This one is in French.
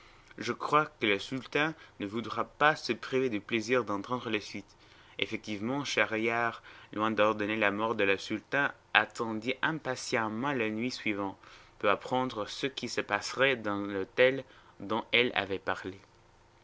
je crois que le sultan ne voudra pas se priver du plaisir d'entendre la suite effectivement schahriar loin d'ordonner la mort de la sultane attendit impatiemment la nuit suivante pour apprendre ce qui se passerait dans l'hôtel dont elle avait parlé